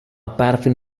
paraffin